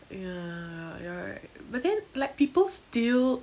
ya you're right but then like people still